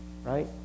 right